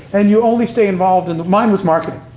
and you only stay involved in the mine was marketing.